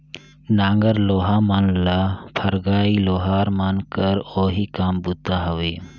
नांगर लोहा मन ल फरगई लोहार मन कर ओही काम बूता हवे